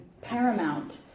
paramount